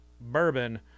bourbon